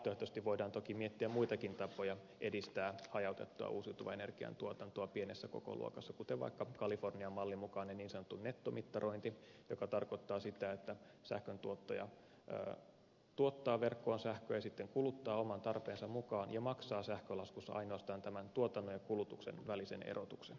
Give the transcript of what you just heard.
vaihtoehtoisesti voidaan toki miettiä muitakin tapoja edistää hajautettua uusiutuvan energian tuotantoa pienessä kokoluokassa kuten vaikka kalifornian mallin mukainen niin sanottu nettomittarointi joka tarkoittaa sitä että sähköntuottaja tuottaa verkkoon sähköä ja sitten kuluttaa oman tarpeensa mukaan ja maksaa sähkölaskussa ainoastaan tämän tuotannon ja kulutuksen välisen erotuksen